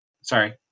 Sorry